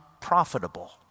profitable